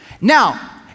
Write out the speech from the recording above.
Now